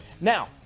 Now